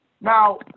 Now